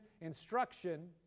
instruction